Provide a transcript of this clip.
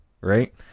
right